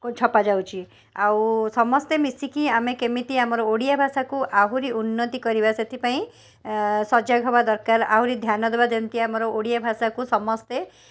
ଛପାଯାଉଛି ଆଉ ସମସ୍ତେ ମିଶିକି ଆମେ କେମିତି ଆମର ଓଡ଼ିଆ ଭାଷାକୁ ଆହୁରି ଉନ୍ନତି କରିବା ସେଥିପାଇଁ ସଜାଗ ହେବା ଦରକାର ଆହୁରି ଧ୍ୟାନ ଦେବା ଯେମିତି ଆମର ଓଡ଼ିଆ ଭାଷାକୁ ସମସ୍ତେ